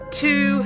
two